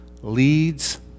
leads